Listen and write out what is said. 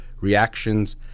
reactions